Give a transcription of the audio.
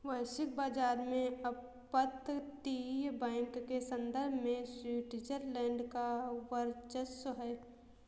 वैश्विक बाजार में अपतटीय बैंक के संदर्भ में स्विट्जरलैंड का वर्चस्व है